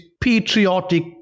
patriotic